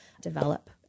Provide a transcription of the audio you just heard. develop